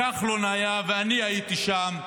כחלון היה ואני הייתי שם,